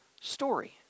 story